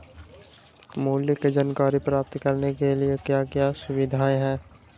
मूल्य के जानकारी प्राप्त करने के लिए क्या क्या सुविधाएं है?